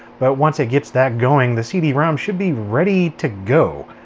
but once it gets that going, the cd-rom should be ready to go.